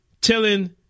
telling